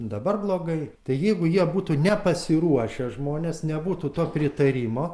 dabar blogai tai jeigu jie būtų nepasiruošę žmonės nebūtų to pritarimo